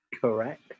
Correct